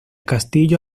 castillo